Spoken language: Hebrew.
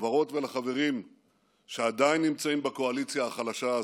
לחברות ולחברים שעדיין נמצאים בקואליציה החלשה הזאת: